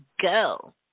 go